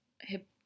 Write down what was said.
hip